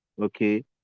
Okay